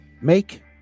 make